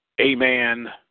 Amen